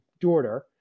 daughter